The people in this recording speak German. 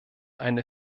eine